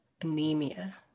anemia